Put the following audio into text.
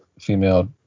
female